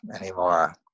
anymore